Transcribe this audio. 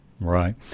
Right